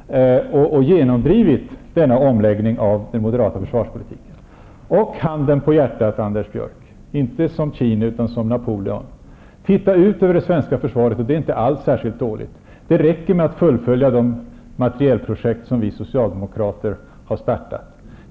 -- och genomdrivit denna omläggning av den moderata försvarspolitiken. Och, handen på hjärtat, Anders Björck, inte som Cheney utan som Napoleon: titta ut över det svenska försvaret! Det är inte alls särskilt dåligt. Det räcker med att fullfölja de materielprojekt som vi socialdemokrater har startat.